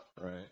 Right